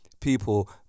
people